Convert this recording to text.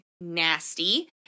nasty